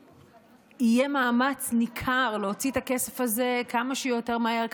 יהיה מאמץ ניכר להוציא את הכסף הזה כמה שיותר מהר,